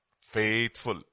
Faithful